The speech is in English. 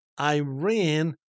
Iran